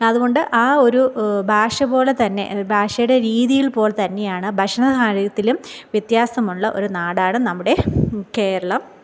അതുകൊണ്ട് ആ ഒരു ഭാഷപോലെതന്നെ ഭാഷയുടെ രീതിയിൽപോലെ തന്നെയാണ് ഭക്ഷണകാര്യത്തിലും വ്യത്യാസമുള്ള ഒരു നാടാണ് നമ്മുടെ കേരളം